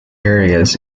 areas